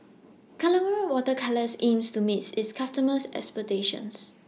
Colora Water Colours aims to meet its customers' expectations